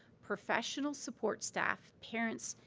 professional support staff, parents,